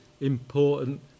important